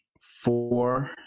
four-